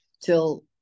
till